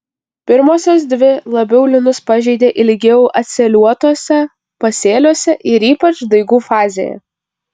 pirmosios dvi labiau linus pažeidė ilgiau atsėliuotuose pasėliuose ir ypač daigų fazėje